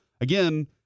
again